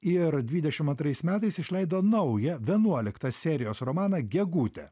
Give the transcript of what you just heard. ir dvidešimt antrais metais išleido naują vienuoliktą serijos romaną gegutę